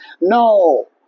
no